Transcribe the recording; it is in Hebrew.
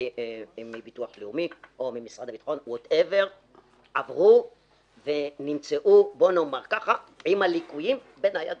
מביטוח לאומי או ממשרד הביטחון נמצאו עם הליקויים בניידות.